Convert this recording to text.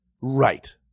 Right